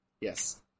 Yes